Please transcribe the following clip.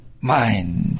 mind